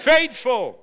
Faithful